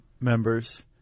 members